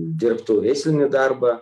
dirbtų veislinį darbą